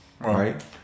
Right